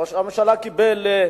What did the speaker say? ראש הממשלה קיבל החלטה,